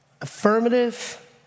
Affirmative